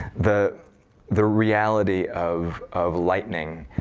the the reality of of lightning